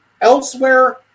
elsewhere